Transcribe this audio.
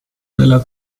della